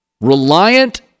reliant